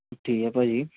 ਠੀਕ ਹੈ ਭਾਅ ਜੀ